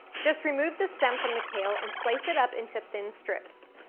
just remove the stem from the kale and slice it up into thin strips.